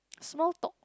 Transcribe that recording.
small talk